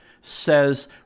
says